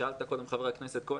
שאלת קודם, חבר הכנסת כהן,